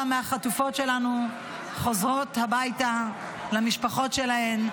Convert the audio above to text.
מהחטופות שלנו חוזרות הביתה למשפחות שלהן.